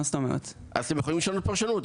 אז אתם יכולים לשנות פרשנות,